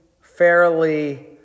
fairly